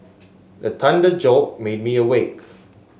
the thunder jolt made me awake